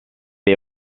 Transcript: est